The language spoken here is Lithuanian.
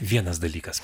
vienas dalykas